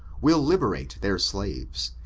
will liberate their slaves,